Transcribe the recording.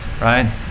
right